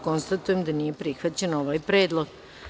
Konstatujem da nije prihvaćen ovaj predlog.